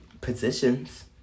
positions